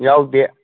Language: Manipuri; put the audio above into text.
ꯌꯥꯎꯗꯦ